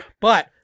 But-